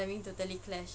timing totally clash